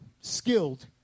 skilled